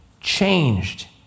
changed